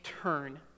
turn